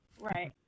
Right